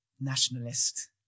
nationalist